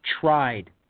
tried